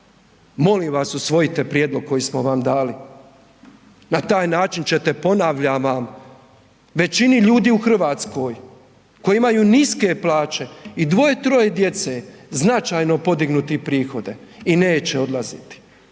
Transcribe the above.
Molim vas, usvojite prijedlog koji smo vam dali. Na taj način ćete, ponavljam vam, većini ljudi u Hrvatskoj koji imaju niske plaće i 2, 3 djece, značajno promijeniti prihode i neće odlaziti.